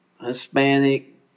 Hispanic